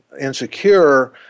insecure